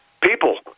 People